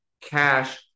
cash